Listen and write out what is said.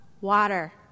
water